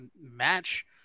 match